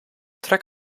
trek